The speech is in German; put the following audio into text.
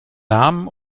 namen